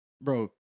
bro